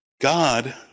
God